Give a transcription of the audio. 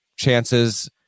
Chances